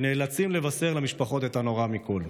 שנאלצים לבשר למשפחות את הנורא מכול,